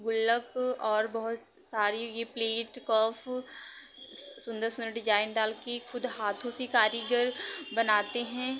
गुल्लक और बहुत सारी ये प्लेट कफ सुंदर सुंदर डिजाइन डाल के खुद हाथों से कारीगर बनाते हैं